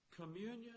Communion